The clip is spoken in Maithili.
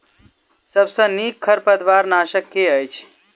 सबसँ नीक खरपतवार नाशक केँ अछि?